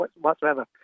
whatsoever